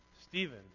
Stephen